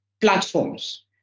platforms